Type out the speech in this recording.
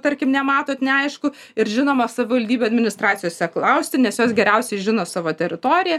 tarkim nematot neaišku ir žinoma savivaldybių administracijose klausti nes jos geriausiai žino savo teritoriją